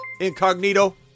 Incognito